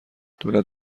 دولت